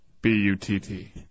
b-u-t-t